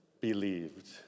Believed